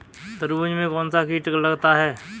तरबूज में कौनसा कीट लगता है?